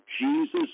Jesus